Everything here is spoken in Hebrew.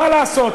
מה לעשות,